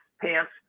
pants